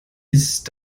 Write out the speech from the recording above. ist